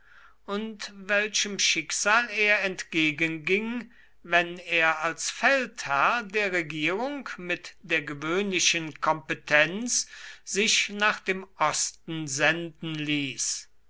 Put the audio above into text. und welchem schicksal er entgegenging wenn er als feldherr der regierung mit der gewöhnlichen kompetenz sich nach dem osten senden ließ